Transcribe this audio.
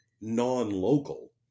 non-local